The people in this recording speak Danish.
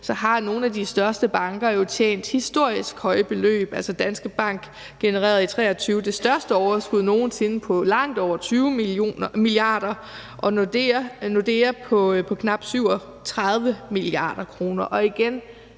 på, har nogle af de største banker jo tjent historisk høje beløb. Altså, Danske Bank genererede i 2023 det største overskud nogensinde på langt over 20 mia. kr., og Nordea på knap 37 mia. kr. Og igen